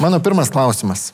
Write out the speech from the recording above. mano pirmas klausimas